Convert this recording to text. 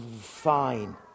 fine